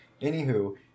Anywho